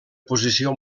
posició